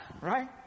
right